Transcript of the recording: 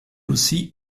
aussi